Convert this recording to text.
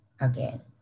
again